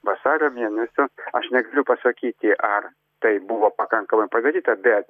vasario mėnesio aš negaliu pasakyti ar tai buvo pakankamai padaryta bet